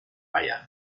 bayern